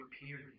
period